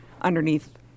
underneath